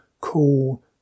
cool